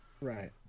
right